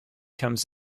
comes